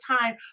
time